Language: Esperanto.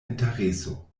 intereso